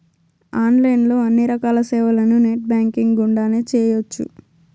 online లో అన్ని రకాల సేవలను నెట్ బ్యాంకింగ్ గుండానే చేయ్యొచ్చు